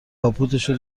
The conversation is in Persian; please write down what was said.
کاپوتشو